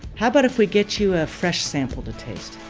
how about if we get you a fresh sample to taste?